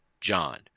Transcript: John